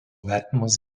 vertinamas